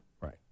Right